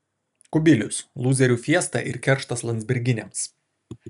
kubilius lūzerių fiesta ir kerštas landsbergiams